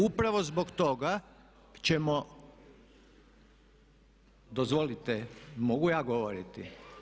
Upravo zbog toga ćemo, dozvolite mogu ja govoriti?